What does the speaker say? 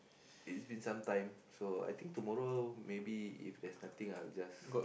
it's been sometime so I think tomorrow maybe if there's nothing I'll just